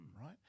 right